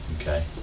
okay